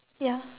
ya